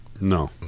no